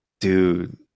Dude